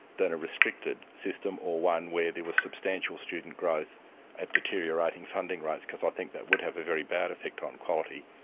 than a restricted system or one where there was substantial student growth at deteriorating funding rates because i think that would have a very bad effect on quality.